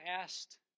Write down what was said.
asked